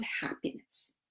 happiness